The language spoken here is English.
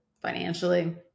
financially